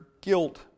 guilt